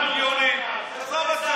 בוא נעצור את השיפוצים, עזוב אותך.